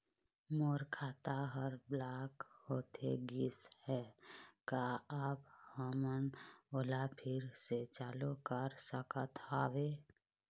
मोर खाता हर ब्लॉक होथे गिस हे, का आप हमन ओला फिर से चालू कर सकत हावे?